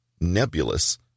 nebulous